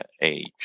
age